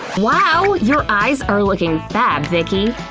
wow, your eyes are looking fab, vicki!